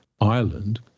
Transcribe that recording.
Ireland –